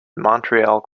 montreal